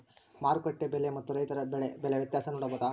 ಮಾರುಕಟ್ಟೆ ಬೆಲೆ ಮತ್ತು ರೈತರ ಬೆಳೆ ಬೆಲೆ ವ್ಯತ್ಯಾಸ ನೋಡಬಹುದಾ?